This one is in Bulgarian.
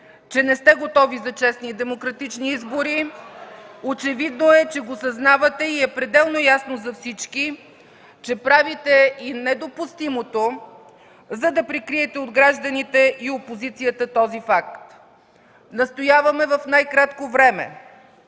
че не сте готови за честни и демократични избори. (Реплики от КБ.) Очевидно е, че го съзнавате и е пределно ясно за всички, че правите и недопустимото, за да прикриете от гражданите и опозицията този факт. Настояваме в най-кратко време